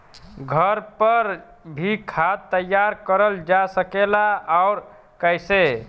घर पर भी खाद तैयार करल जा सकेला और कैसे?